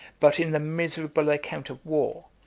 but in the miserable account of war,